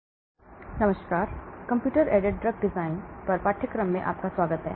सभी को नमस्कार कंप्यूटर एडेड ड्रग डिज़ाइन पर पाठ्यक्रम में आपका स्वागत है